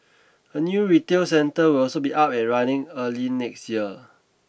a new retail centre will also be up and running early next year